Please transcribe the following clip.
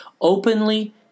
openly